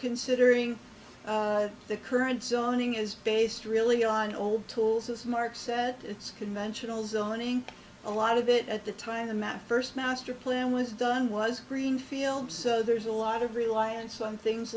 considering the current zoning is based really on old tools as mark said it's conventional zoning a lot of it at the time the map first master plan was done was greenfield so there's a lot of reliance on things